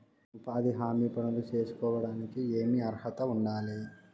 ఉపాధి హామీ పనులు సేసుకోవడానికి ఏమి అర్హత ఉండాలి?